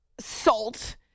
Salt